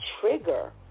trigger